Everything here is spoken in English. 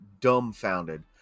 Dumbfounded